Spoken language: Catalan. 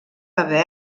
haver